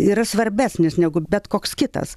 yra svarbesnis negu bet koks kitas